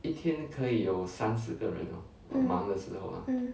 mm mm